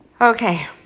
Okay